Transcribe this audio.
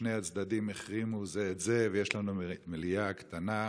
כששני הצדדים החרימו זה את זה ויש לנו מליאה קטנה,